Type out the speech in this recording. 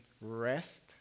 rest